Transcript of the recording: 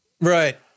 Right